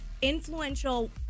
influential